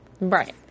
right